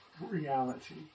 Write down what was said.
reality